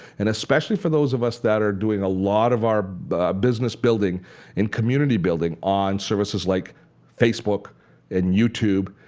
and especially for those of us that are doing a lot of our business building and community building on services like facebook and youtube,